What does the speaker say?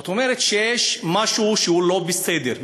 כלומר, יש משהו שהוא לא בסדר.